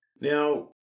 now